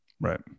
Right